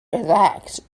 relax